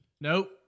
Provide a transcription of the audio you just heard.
Nope